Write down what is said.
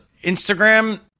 Instagram